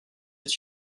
est